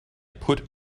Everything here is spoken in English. put